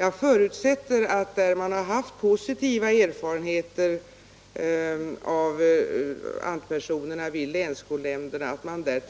Jag förutsätter att man, där man har haft positiva erfarenheter av ANT kontaktpersoner vid länsskolnämnderna,